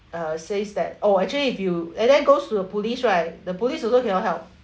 uh says that oh actually if you and then goes to the police right the police also cannot help